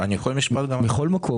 מכל מקום,